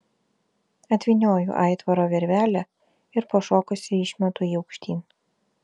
atvynioju aitvaro virvelę ir pašokusi išmetu jį aukštyn